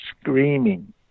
screaming